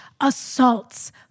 assaults